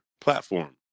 platform